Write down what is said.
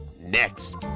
next